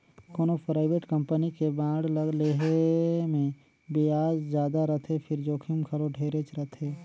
कोनो private company के bond ल लेहे मे बियाज जादा रथे फिर जोखिम घलो ढेरेच रथे